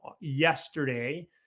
yesterday